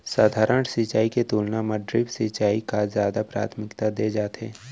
सधारन सिंचाई के तुलना मा ड्रिप सिंचाई का जादा प्राथमिकता दे जाथे